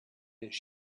his